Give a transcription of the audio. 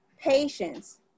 patience